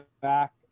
back